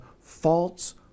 false